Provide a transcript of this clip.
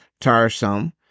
tiresome